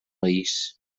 país